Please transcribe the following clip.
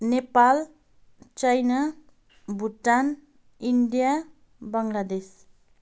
Nepal China Bhutan India Bangladesh